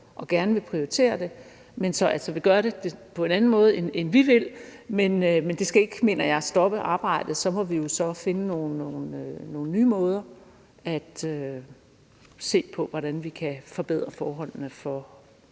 og gerne vil prioritere det, men som så altså vil gøre det på en anden måde, end vi vil. Men det skal, mener jeg, ikke stoppe arbejdet, og så må vi jo finde nogle nye måder at se på, hvordan vi kan forbedre forholdene for